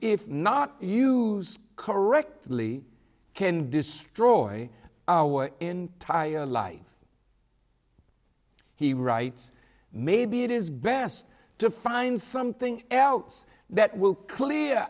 if not used correctly can destroy our entire life he writes maybe it is best to find something else that will clear